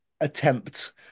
attempt